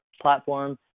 platform